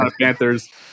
Panthers